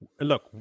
Look